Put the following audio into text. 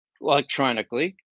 electronically